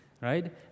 right